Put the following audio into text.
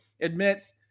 admits